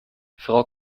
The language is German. frau